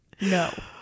No